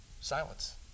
Silence